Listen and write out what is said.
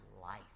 life